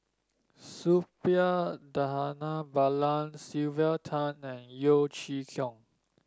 Suppiah Dhanabalan Sylvia Tan and Yeo Chee Kiong